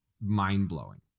mind-blowing